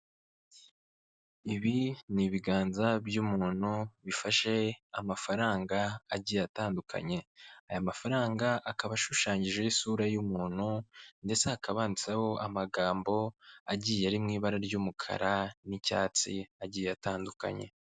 Ibi ni ibiganza by'umuntu bifashe amafaranga agiye atandukanye, aya mafaranga akaba ashushanyijeho isura y'umuntu ndetse hakabw handitseho amagambo agiye ari mu ibara ry'umukara n'icyatsi, agiye atandukanye.